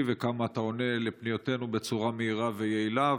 וכמה אתה עונה על פניותינו בצורה מהירה ויעילה,